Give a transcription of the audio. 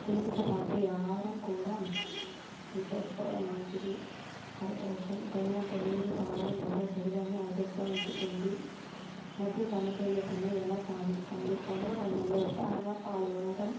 తేలికపాటి ఆహారం కూడా చేర్చుకోవడం మంచిది హైడ్రేషన్ తగినంత నీరు తాగడం ద్వారా శరీరాన్ని హైడ్రేట్గా ఉంచుతుంది మధ్య సమతుల్యతను ఎలా సాధించాలి పండుగ సమయంలో ఉత్సాహంగా పాల్గొనటం